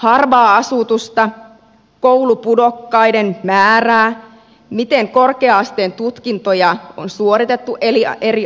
harvaa asutusta koulupudokkaiden määrää miten korkea asteen tutkintoja on suoritettu eri alueilla